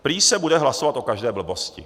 Prý se bude hlasovat o každé blbosti.